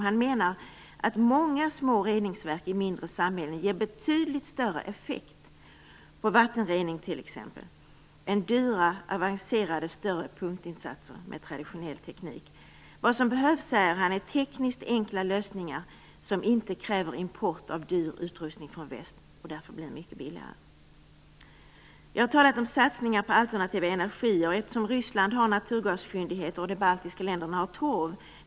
Han menar att många små reningsverk i mindre samhällen ger betydligt större effekt på t.ex. vattenrening än dyra, avancerade större punktinsatser med traditionell teknik. Vad som behövs är tekniskt enkla lösningar som inte kräver import av dyr utrustning från väst och därför blir mycket billigare. Vi har talat om satsningar på alternativ energi. Ryssland har naturgasfyndigheter, och de baltiska länderna har torv.